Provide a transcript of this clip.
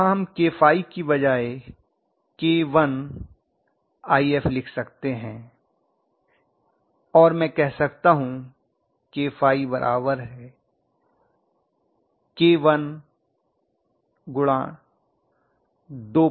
यहाँ हम kΦ की बजाय K1If लिख सकते हैं और मै कह सकता हूँ kΦ K124